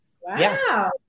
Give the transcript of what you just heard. wow